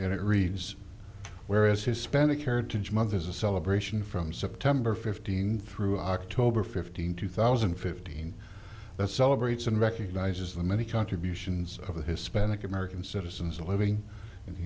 it reads whereas hispanic heritage month is a celebration from september fifteenth through october fifteenth two thousand and fifteen that celebrates and recognizes the many contributions of a hispanic american citizens living in the